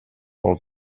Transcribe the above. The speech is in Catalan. vol